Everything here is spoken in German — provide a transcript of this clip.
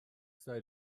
sei